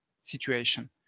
situation